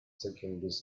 zeckenbiss